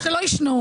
שלא יישנו.